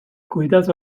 kuidas